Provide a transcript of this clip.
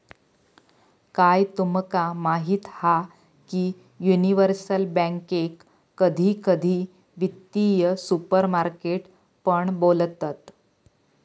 काय तुमका माहीत हा की युनिवर्सल बॅन्केक कधी कधी वित्तीय सुपरमार्केट पण बोलतत